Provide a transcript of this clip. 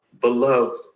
beloved